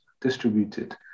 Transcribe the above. distributed